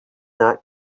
that